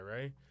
right